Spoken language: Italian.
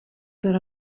per